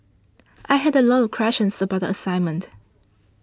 I had a lot of questions about the assignment